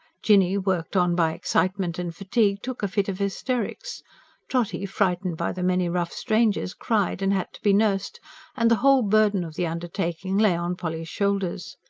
jinny, worked on by excitement and fatigue, took a fit of hysterics trotty, frightened by the many rough strangers, cried and had to be nursed and the whole burden of the undertaking lay on polly's shoulders.